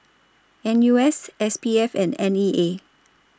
N U S S P F and N E A